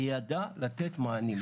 וידע לתת מענים.